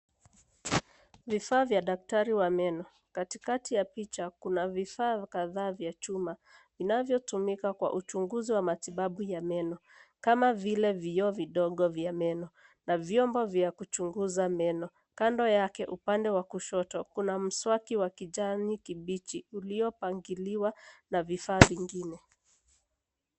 Vifaa vya daktari wa meno. Katikati ya picha kuna vifaa kadhaa vya chuma vinavyotumika kwa uchunguzi wa matibabu ya meno kama vile vioo vidogo vya meno na vyombo vya kuchunguza meno. Kando yake, upande wa kushoto kuna mswaki wa kijani kibichi uliopangiliwa na vifaa vingine.